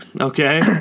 Okay